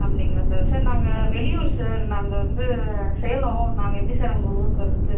அப்படிங்களா sir sir நாங்கள் வெளியூர் சார் நாங்கள் வந்து சேலம் நாங்கள் எப்படி சார் உங்கள் ஊருக்கு வர்றது